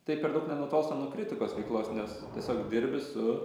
tai per daug nenutolsta nuo kritikos veiklos nes tiesiog dirbi su